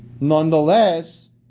nonetheless